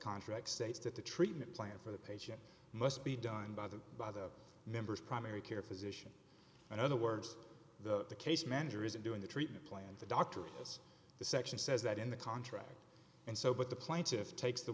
contract states that the treatment plan for the patient must be done by the other members primary care physician in other words the case manager isn't doing the treatment plant the doctor has the section says that in the contract and so but the